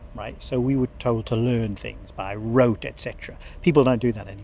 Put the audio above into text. right, so we were told to learn things by rote, et cetera. people don't do that and